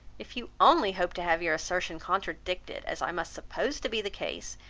if you only hope to have your assertion contradicted, as i must suppose to be the case,